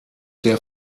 der